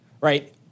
right